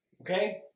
okay